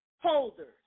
holders